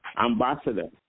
Ambassador